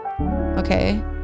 okay